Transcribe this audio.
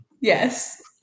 Yes